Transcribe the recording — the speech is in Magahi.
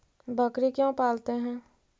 बकरी क्यों पालते है?